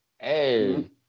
Hey